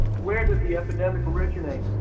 where did the epidemic originate?